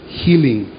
healing